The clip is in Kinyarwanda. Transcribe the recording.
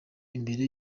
imbere